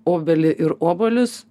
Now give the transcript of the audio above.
obelį ir obuolius